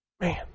man